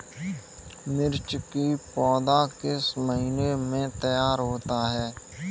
मिर्च की पौधा किस महीने में तैयार होता है?